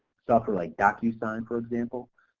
software like docusign for example,